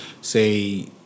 Say